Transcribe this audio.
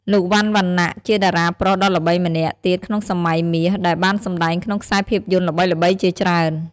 លោក វ៉ាន់ វណ្ណៈជាតារាប្រុសដ៏ល្បីម្នាក់ទៀតក្នុងសម័យមាស ដែលបានសម្ដែងក្នុងខ្សែភាពយន្តល្បីៗជាច្រើន។